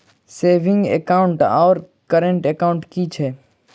Saving account आओर current account की छैक?